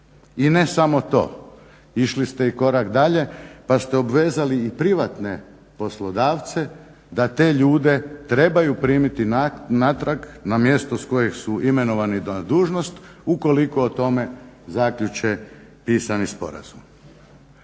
I ne smo to, išli ste i korak dalje pa ste obvezali i privatne poslodavce da te ljude trebaju primiti natrag, na mjesto s kojeg su imenovani na dužnost ukoliko o tome zaključe pisani sporazum.